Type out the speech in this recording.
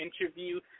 interview –